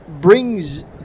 brings